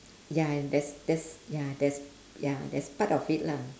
ya and that's that's ya that's ya that's part of it lah